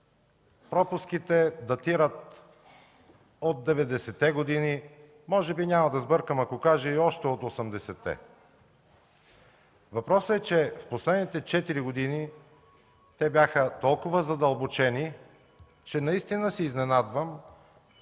има. Те датират от 90-те години, може би няма да сбъркам, ако кажа и още от 80-те. Въпросът е, че през последните 4 години те бяха толкова задълбочени, че наистина се изненадвам